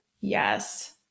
Yes